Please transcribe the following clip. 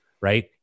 right